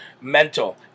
mental